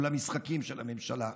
או למשחקים של הממשלה.